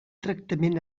tractament